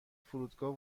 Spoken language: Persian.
فرودگاه